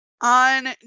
On